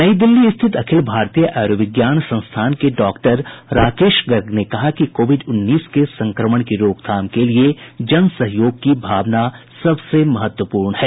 नई दिल्ली स्थित अखिल भारतीय आयुर्विज्ञान संस्थान के डॉक्टर राकेश गर्ग ने कहा कि कोविड उन्नीस के संक्रमण की रोकथाम के लिए जनसहयोग की भूमिका महत्वपूर्ण है